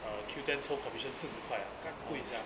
uh Q_O_O ten 抽 commmission 四十块感贵 sia